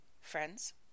Friends